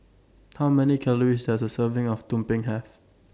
How Many Calories Does A Serving of Tumpeng Have